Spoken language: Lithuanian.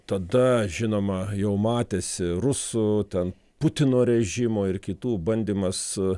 tada žinoma jau matėsi rusų ten putino režimo ir kitų bandymas